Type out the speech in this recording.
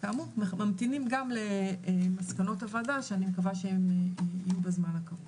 כאמור ממתינים גם למסקנות הוועדה שאני מקווה שהן יהיו בזמן הקרוב.